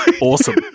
Awesome